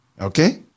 Okay